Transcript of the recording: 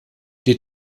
die